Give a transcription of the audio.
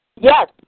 Yes